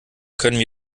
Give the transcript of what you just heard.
können